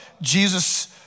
Jesus